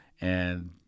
And-